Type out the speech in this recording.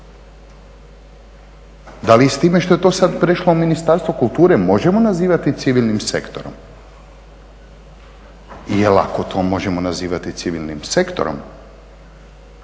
Da li s time što je to sad prešlo u Ministarstvo kulture možemo nazivati civilnim sektorom? Jel ako to možemo nazivati civilnim sektorom